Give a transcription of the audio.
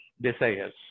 desires